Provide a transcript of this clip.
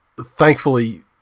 Thankfully